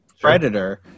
predator